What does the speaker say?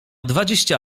dwadzieścia